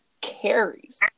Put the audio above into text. carries